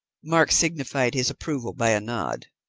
mark signified his approval by a nod.